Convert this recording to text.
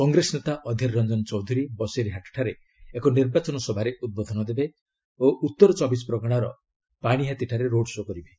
କଂଗ୍ରେସ ନେତା ଅଧୀର ରଂଜନ ଚୌଧୁରୀ ବସିର ହାଟଠାରେ ଏକ ନିର୍ବାଚନ ସଭାରେ ଉଦ୍ବୋଧନ ଦେବେ ଓ ଉତ୍ତର ଚବିଶପ୍ରଗଣାର ପାଣିହାତୀଠାରେ ରୋଡ୍ ଶୋ' କରିବେ